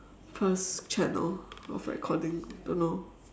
first channel of recording don't know